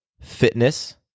fitness